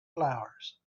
flowers